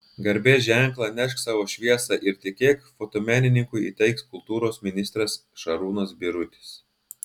garbės ženklą nešk savo šviesą ir tikėk fotomenininkui įteiks kultūros ministras šarūnas birutis